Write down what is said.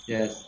Yes